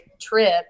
trip